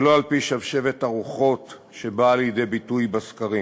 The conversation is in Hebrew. ולא על-פי שבשבת הרוחות שבאה לידי ביטוי בסקרים.